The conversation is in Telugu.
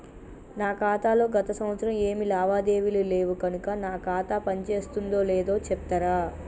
నా ఖాతా లో గత సంవత్సరం ఏమి లావాదేవీలు లేవు కనుక నా ఖాతా పని చేస్తుందో లేదో చెప్తరా?